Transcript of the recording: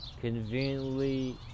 conveniently